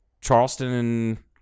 Charleston